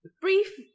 brief